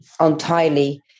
entirely